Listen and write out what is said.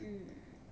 mm